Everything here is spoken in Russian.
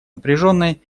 напряженной